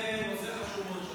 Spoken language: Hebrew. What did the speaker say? נושא חשוב מאוד.